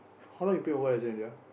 how long you play Mobile-Legend already ah